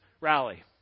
rally